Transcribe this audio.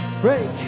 Break